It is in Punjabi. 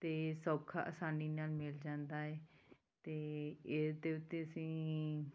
ਅਤੇ ਸੌਖਾ ਆਸਾਨੀ ਨਾਲ ਮਿਲ ਜਾਂਦਾ ਹੈ ਅਤੇ ਇਹਦੇ ਉੱਤੇ ਅਸੀਂ